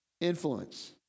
Influence